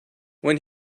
when